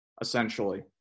essentially